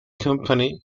company